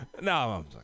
No